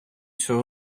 цього